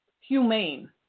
humane